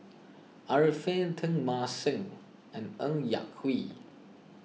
Arifin Teng Mah Seng and Ng Yak Whee